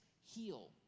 heal